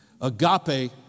Agape